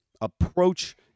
approach